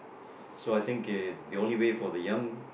so I think it the only way for the young